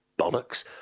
bollocks